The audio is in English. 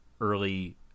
early